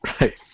Right